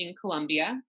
Colombia